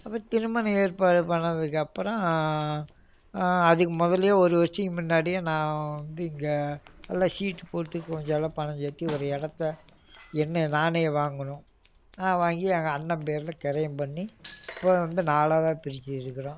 அப்போ திருமணம் ஏற்பாடு பண்ணதுக்கு அப்புறம் அதுக்கு முதல்லே ஒரு வருஷத்துக்கு முன்னாடியே நான் வந்து இங்கே நல்லா சீட்டு போட்டு கொஞ்சம் எல்லாம் பணம் சேத்து ஒரு இடத்த என்னை நானே வாங்கினோம் வாங்கி எங்கள் அண்ணன் பேரில் கிரயம் பண்ணி இப்போ வந்து நாலாக பிரித்து இருக்கிறோம்